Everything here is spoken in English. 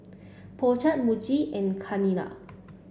Po Chai Muji and Chanira